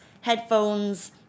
headphones